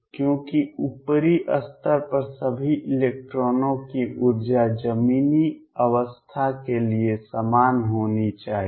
क्योंकि ऊपरी स्तर पर सभी इलेक्ट्रॉनों की ऊर्जा जमीनी अवस्था के लिए समान होनी चाहिए